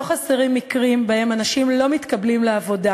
לא חסרים מקרים שבהם אנשים לא מתקבלים לעבודה